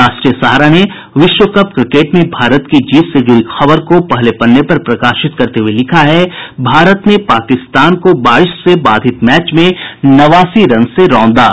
राष्ट्रीय सहारा ने विश्व कप क्रिकेट में भारत की जीत से जुड़ी खबर को पहले पन्ने पर प्रकाशित करते हुये लिखा है भारत ने पाकिस्तान को बारिश से बाधित मैच में नवासी रन से रौंदा